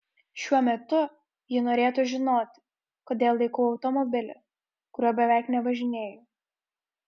šiuo metu ji norėtų žinoti kodėl laikau automobilį kuriuo beveik nevažinėju